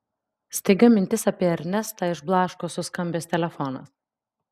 staiga mintis apie ernestą išblaško suskambęs telefonas